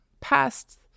past